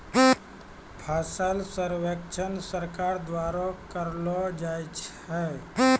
फसल सर्वेक्षण सरकार द्वारा करैलो जाय छै